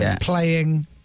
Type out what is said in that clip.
playing